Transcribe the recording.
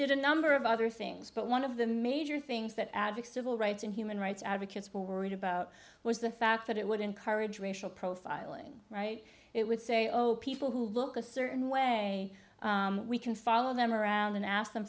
didn't number of other things but one of the major things that added civil rights and human rights advocates were worried about was the fact that it would encourage racial profiling right it would say zero zero zero people who look a certain way we can follow them around and ask them